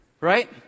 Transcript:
right